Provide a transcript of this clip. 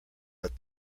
but